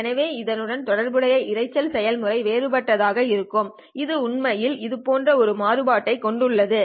எனவே இதனுடன் தொடர்புடைய இரைச்சல் செயல்முறை வேறுபட்டதாக இருக்கும் இது உண்மையில் இதுபோன்ற ஒரு மாறுபாடுயை கொண்டுள்ளது